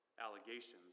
allegations